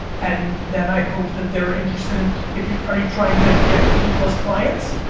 and then i hope that they're interested in, if you, are you trying to get people as clients?